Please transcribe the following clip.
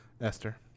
Esther